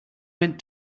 went